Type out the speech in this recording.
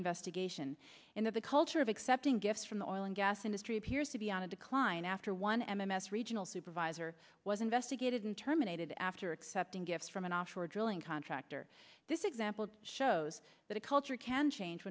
investigation into the culture of accepting gifts from the oil and gas industry appears to be on a decline after one m m s regional supervisor was investigated and terminated after accepting gifts from an offshore drilling contractor this example shows that a culture can change